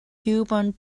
human